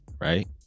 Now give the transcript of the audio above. right